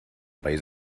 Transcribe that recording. país